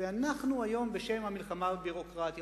ואנחנו היום בשם המלחמה בביורוקרטיה,